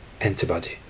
antibody